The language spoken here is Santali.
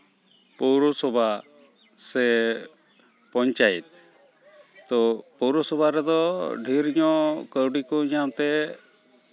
ᱯᱳᱣᱨᱚᱥᱚᱵᱷᱟ ᱥᱮ ᱯᱚᱧᱪᱟᱭᱮᱛ ᱛᱚ ᱯᱳᱣᱨᱚᱥᱚᱷᱟ ᱨᱮᱫᱚ ᱰᱷᱮᱨ ᱧᱚᱜ ᱠᱟᱹᱣᱰᱤ ᱠᱚ ᱧᱟᱢᱛᱮ